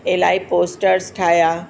इलाही पोस्टर्स ठाहिया